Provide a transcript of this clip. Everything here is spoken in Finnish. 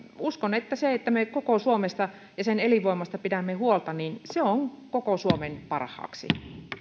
uskon että se kun me koko suomesta ja sen elinvoimasta pidämme huolta on koko suomen parhaaksi